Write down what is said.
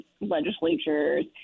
legislatures